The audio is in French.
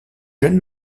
jeune